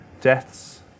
deaths